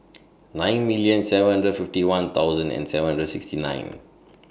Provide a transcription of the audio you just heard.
nine million seven hundred fifty one thousand and seven hundred sixty nine